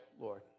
Lord